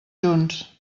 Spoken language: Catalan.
junts